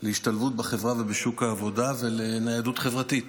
להשתלבות בחברה ובשוק העבודה ולניידות חברתית.